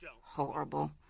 Horrible